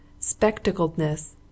spectacledness